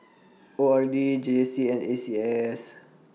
O R D J J C and A C S